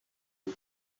ubu